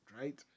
right